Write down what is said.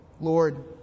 Lord